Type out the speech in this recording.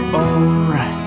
alright